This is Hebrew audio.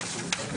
בשעה 11:00.